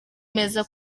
meza